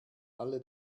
alle